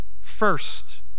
First